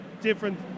different